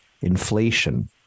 inflation